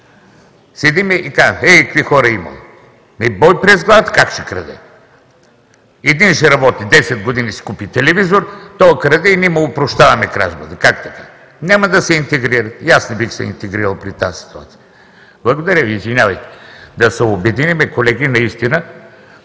Седим и казваме: ей, какви хора имало! Ами, бой през главата, как ще краде? Един ще работи 10 години да си купи телевизор, тоя краде и ние му опрощаваме кражбата. Как така?! Няма да се интегрират. И аз не бих се интегрирал при тази ситуация. Да се обединим, колеги, наистина.